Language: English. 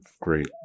great